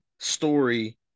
story